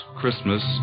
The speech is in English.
Christmas